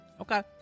Okay